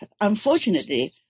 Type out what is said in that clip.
Unfortunately